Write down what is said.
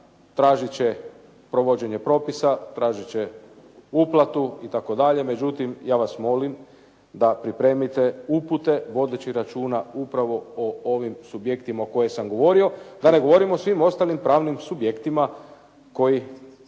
tražit će provođenje propisa, tražit će uplatu itd., međutim ja vas molim da pripremite upute vodeći računa upravo o ovim subjektima o kojima sam govorio, da ne govorimo o svim ostalim pravnim subjektima koji